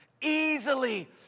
easily